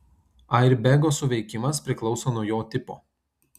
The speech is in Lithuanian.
airbego suveikimas priklauso nuo jo tipo